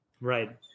Right